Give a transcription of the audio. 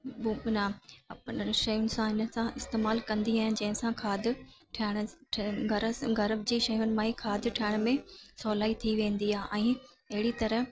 शयुनि सां इन सां इस्तमालु कंदी आहियां जंहिं सां खाधु ठाहिण ठ घर सां घर जी शयुनि मां ई खाधु ठाहिण में सवलाई थी वेंदी आहे ऐं अहिड़ी तरह